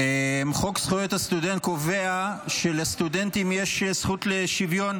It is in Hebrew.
חוק זכויות הסטודנט קובע שלסטודנטים יש זכות לשוויון